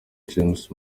james